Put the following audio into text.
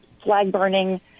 Flag-burning